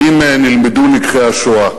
האם נלמדו לקחי השואה?